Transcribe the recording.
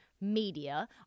media